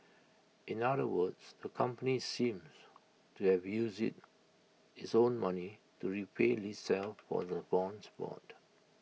in other words the company seems to have used IT its own money to repay itself for the bonds bought